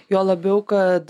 juo labiau kad